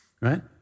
Right